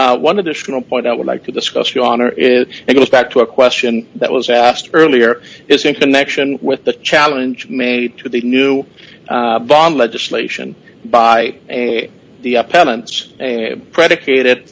merits one additional point i would like to discuss your honor is it goes back to a question that was asked earlier is in connection with the challenge made to the new bond legislation by the pennants predicated